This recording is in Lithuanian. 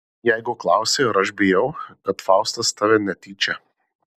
jeigu klausi ar aš bijau kad faustas tave netyčia